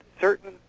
certain